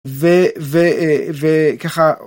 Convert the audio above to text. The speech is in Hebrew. ו... ו... אה... ו... ככה.